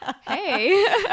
hey